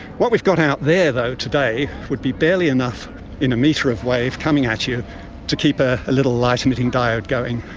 what we got out there though today would be barely enough in a metre of wave coming at you to keep ah a little light emitting diode going,